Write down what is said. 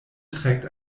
trägt